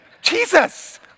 Jesus